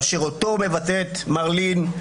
הציבור, אשר אותו מבטאת", מר לין,